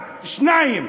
שניים,